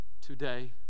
today